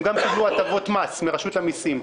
הם גם קיבלו הטבות מס מרשות המסים.